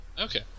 Okay